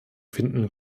finden